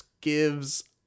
gives